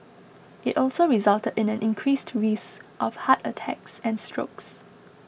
it also resulted in an increased risk of heart attacks and strokes